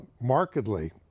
markedly